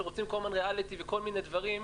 כשרוצים כל הזמן ריאליטי וכל מיני דברים,